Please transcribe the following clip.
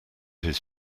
his